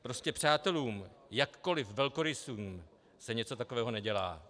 Prostě přátelům, jakkoliv velkorysým, se něco takového nedělá.